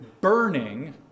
burning